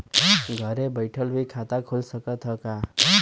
घरे बइठले भी खाता खुल सकत ह का?